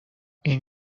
این